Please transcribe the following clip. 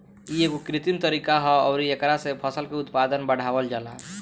इ एगो कृत्रिम तरीका ह अउरी एकरा से फसल के उत्पादन बढ़ावल जाला